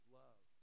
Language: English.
love